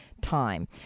time